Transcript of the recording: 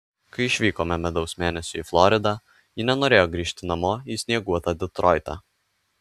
kai išvykome medaus mėnesiui į floridą ji nenorėjo grįžti namo į snieguotą detroitą